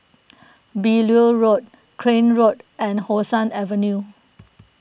Beaulieu Road Crane Road and How Sun Avenue